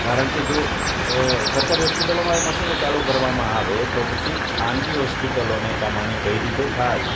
કારણ કે જો સરકારી હોસ્પિટલોમાં એ મશીનો ચાલુ કરવામાં આવે તો પછી ખાનગી હોસ્પિટલોને કમાણી કઈ રીતે થાય